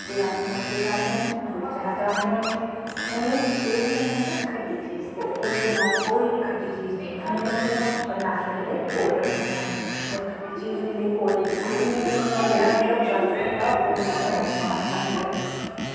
फिर अस उनें केह् चाढ़ने होने उनें केह् नी पसंद ऐ खट्टी चीज़ ते उस दिन अस कोई बी खट्टी चीज़ नेईं खन्ने होन्ने और ना ई उं'दे कोल रक्खने होन्न और खट्टी चीज़ उं'दे कोल बिल्कुल बी नी रक्खनी ऐ जेह्ड़ा बी उन्दा बर्त रखदा उने ते भलेआं नी खानी होंदी ऐ